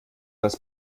das